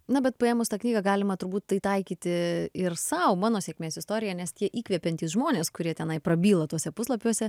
na bet paėmus tą knygą galima turbūt tai taikyti ir sau mano sėkmės istorija nes tie įkvepiantys žmonės kurie tenai prabyla tuose puslapiuose